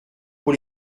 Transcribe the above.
pour